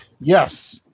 yes